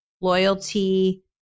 loyalty